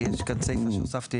יש כאן סייפה שהוספנו